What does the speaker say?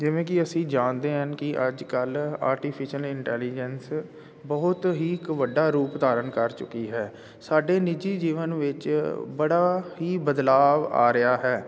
ਜਿਵੇਂ ਕਿ ਅਸੀਂ ਜਾਣਦੇ ਹਾਂ ਕਿ ਅੱਜ ਕੱਲ੍ਹ ਆਰਟੀਫਿਸ਼ਅਲ ਇੰਟੈਲੀਜੈਂਸ ਬਹੁਤ ਹੀ ਇੱਕ ਵੱਡਾ ਰੂਪ ਧਾਰਨ ਕਰ ਚੁੱਕੀ ਹੈ ਸਾਡੇ ਨਿੱਜੀ ਜੀਵਨ ਵਿੱਚ ਬੜਾ ਹੀ ਬਦਲਾਵ ਆ ਰਿਹਾ ਹੈ